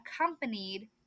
accompanied